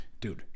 Dude